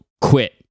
quit